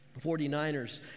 49ers